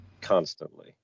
constantly